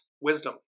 wisdom